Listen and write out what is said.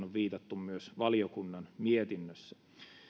on viitattu myös valiokunnan mietinnössä